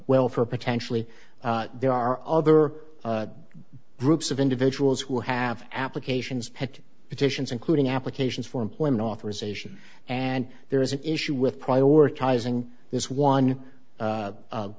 welfare potentially there are other groups of individuals who have applications pick editions including applications for employment authorization and there is an issue with prioritizing this one